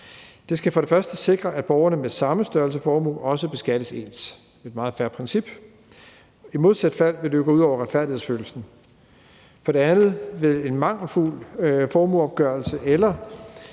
Det skal for det første sikre, at borgere med samme størrelse formue også beskattes ens – et meget fair princip. I modsat fald vil det jo gå ud over retfærdighedsfølelsen. For det andet vil en mangelfuld formueopgørelse eller